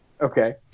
Okay